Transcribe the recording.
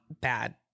bad